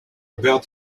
about